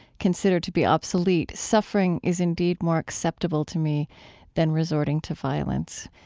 consider to be obsolete. suffering is indeed more acceptable to me than resorting to violence.